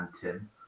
Tim